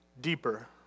deeper